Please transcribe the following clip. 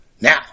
Now